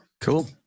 cool